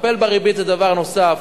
לטפל בריבית זה דבר נוסף.